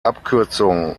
abkürzung